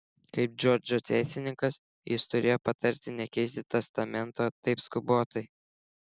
kaip džordžo teisininkas jis turėjo patarti nekeisti testamento taip skubotai